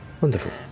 Wonderful